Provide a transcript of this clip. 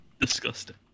Disgusting